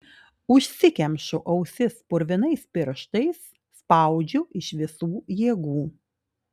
užsikemšu ausis purvinais pirštais spaudžiu iš visų jėgų